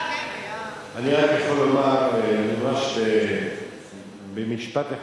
אני רק יכול לומר ממש במשפט אחד.